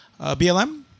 BLM